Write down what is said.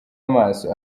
amaso